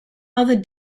other